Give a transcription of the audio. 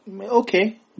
okay